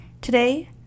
Today